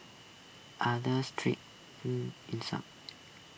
other street in some